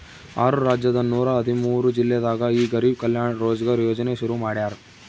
ಆರು ರಾಜ್ಯದ ನೂರ ಹದಿಮೂರು ಜಿಲ್ಲೆದಾಗ ಈ ಗರಿಬ್ ಕಲ್ಯಾಣ ರೋಜ್ಗರ್ ಯೋಜನೆ ಶುರು ಮಾಡ್ಯಾರ್